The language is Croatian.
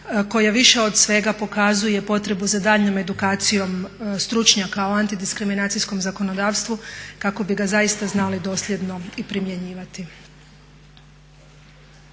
koja više od svega pokazuje potrebu za daljnjom edukacijom stručnjaka o anti diskriminacijskom zakonodavstvu kako bi ga zaista znali dosljedno i primjenjivati.